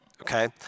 okay